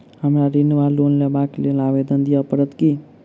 हमरा ऋण वा लोन लेबाक लेल आवेदन दिय पड़त की?